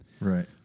Right